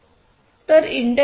तर इंडस्ट्री 4